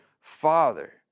Father